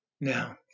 Now